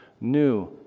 new